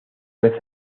vez